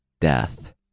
death